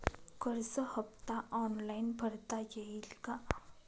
कर्ज हफ्ता ऑनलाईन भरता येईल का?